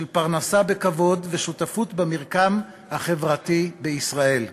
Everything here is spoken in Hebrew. של פרנסה בכבוד ושותפות במרקם החברתי בישראל,